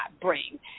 bring